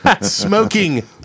smoking